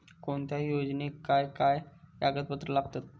कोणत्याही योजनेक काय काय कागदपत्र लागतत?